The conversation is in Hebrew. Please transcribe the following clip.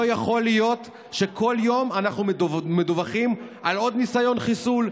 לא יכול להיות שכל יום אנחנו מדווחים על עוד ניסיון חיסול,